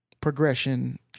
progression